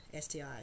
sti